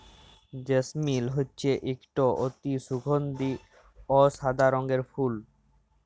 জেসমিল হছে ইকট অতি সুগাল্ধি অ সাদা রঙের ফুল